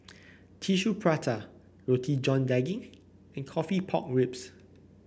Tissue Prata Roti John Daging and coffee Pork Ribs